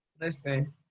Listen